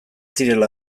direla